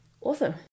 awesome